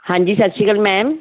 ਹਾਂਜੀ ਸਤਿ ਸ਼੍ਰੀ ਅਕਾਲ ਮੈਮ